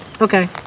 Okay